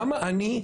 למה אני?